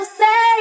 say